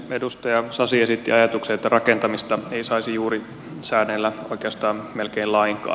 edustaja sasi esitti ajatuksen että rakentamista ei saisi juuri säädellä oikeastaan melkein lainkaan